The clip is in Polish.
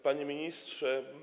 Panie Ministrze!